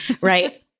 right